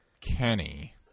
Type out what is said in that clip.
Kenny